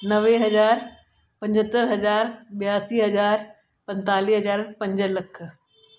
नवे हज़ार पंजहतरि हज़ार ॿियासी हज़ार पंतालीह हज़ार पंज लख